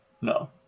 No